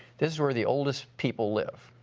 this is where the oldest people live.